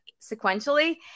sequentially